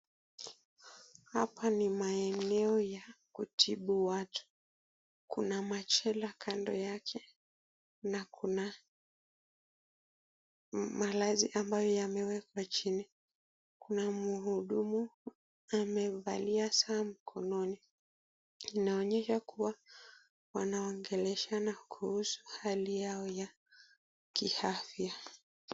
Hapa ni maeneo ya kutibu watu. Kuna machela kando yake, na kuna malazi ambayo yamewekwa chini. Kuna mhudumu amevalia saa mkononi. Inaonyesha kuwa wanaongeleshana kuhusu hali yao ya kiafya.